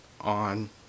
on